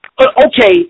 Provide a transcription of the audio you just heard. okay